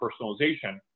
personalization